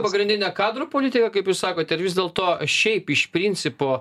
pagrindinė kadrų politika kaip jūs sakote ar vis dėlto šiaip iš principo